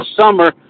summer